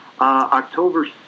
October